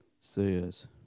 says